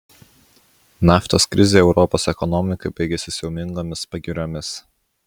naftos krizė europos ekonomikai baigėsi siaubingomis pagiriomis